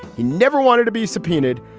he never wanted to be subpoenaed.